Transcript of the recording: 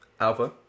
Alpha